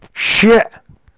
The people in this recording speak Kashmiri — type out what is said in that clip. شےٚ